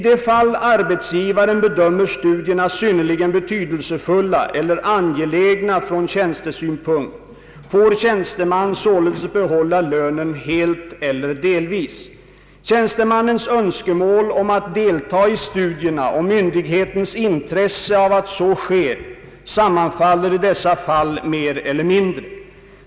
dierna synnerligen betydelsefulla eller angelägna från tjänstesynpunkt får tjänsteman således behålla lönen helt eller delvis. Tjänstemannens önskemål om att delta i studierna och myndighetens intresse av att så sker sammanfaller i dessa fall mer eller mindre.